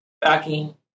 backing